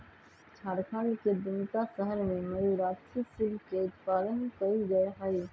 झारखंड के दुमका शहर में मयूराक्षी सिल्क के उत्पादन कइल जाहई